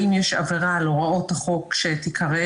האם יש עבירה על הוראות החוק שאת עיקריו